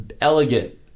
Elegant